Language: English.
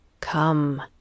come